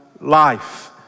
life